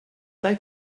they